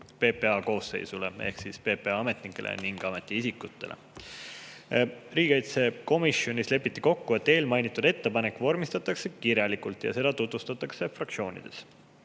PPA koosseisule ehk PPA ametnikele ning ametiisikutele. Riigikaitsekomisjonis lepiti kokku, et mainitud ettepanek vormistatakse kirjalikult ja seda tutvustatakse fraktsioonides.